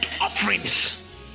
offerings